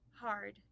hard